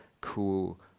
cool